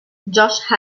josh